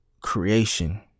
creation